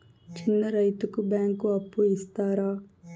చిన్న రైతుకు బ్యాంకు అప్పు ఇస్తారా?